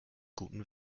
guten